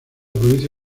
provincia